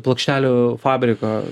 plokštelių fabriko